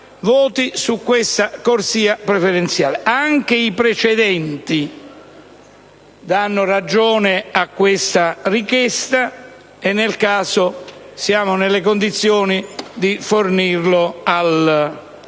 voti su questa corsia preferenziale. Anche i precedenti danno ragione a tale richiesta e, nel caso, siamo nelle condizioni di fornirli agli